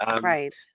right